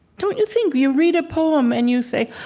don't you think? you read a poem, and you say,